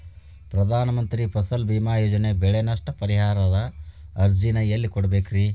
ಪ್ರಧಾನ ಮಂತ್ರಿ ಫಸಲ್ ಭೇಮಾ ಯೋಜನೆ ಬೆಳೆ ನಷ್ಟ ಪರಿಹಾರದ ಅರ್ಜಿನ ಎಲ್ಲೆ ಕೊಡ್ಬೇಕ್ರಿ?